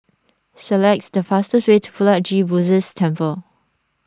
select the fastest way to Puat Jit Buddhist Temple